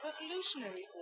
Revolutionary